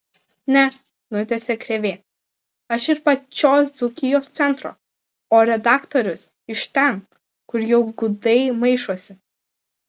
ne nutęsė krėvė aš ir pačios dzūkijos centro o redaktorius iš ten kur jau gudai maišosi